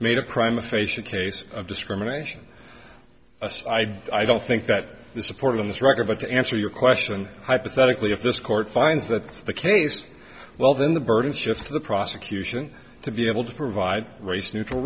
made a crime a face a case of discrimination aside i don't think that the support of this record but to answer your question hypothetically if this court finds that the case well then the burden shifts to the prosecution to be able to provide race neutral